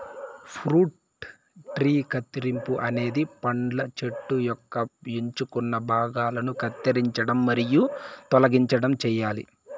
fruit tree కత్తిరింపు అనేది పండ్ల చెట్టు యొక్క ఎంచుకున్న భాగాలను కత్తిరించడం మరియు తొలగించడం చేయాలి